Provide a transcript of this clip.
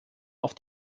auf